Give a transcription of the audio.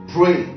Pray